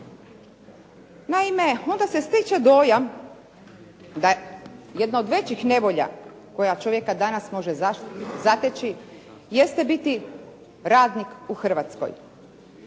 Naime, onda se stječe dojam da jedna od većih nevolja koja čovjeka danas može zateći jeste biti radnik u Hrvatskoj.